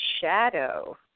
shadow